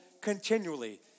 continually